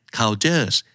cultures